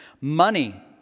Money